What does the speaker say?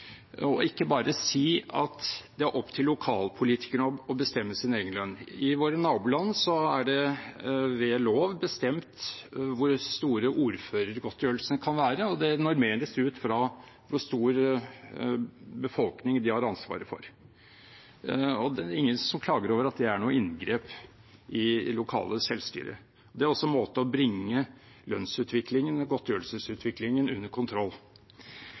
og ikke bare si at det er opp til lokalpolitikerne å bestemme sin egen lønn. I våre naboland er det ved lov bestemt hvor store ordførergodtgjørelsene kan være, og det normeres ut fra hvor stor befolkning de har ansvaret for. Det er ingen som klager over at det er noe inngrep i lokalt selvstyre. Det er også en måte å bringe lønnsutviklingen og godtgjørelsesutviklingen under kontroll